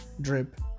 drip